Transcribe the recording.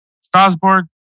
Strasbourg